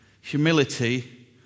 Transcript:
humility